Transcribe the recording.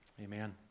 Amen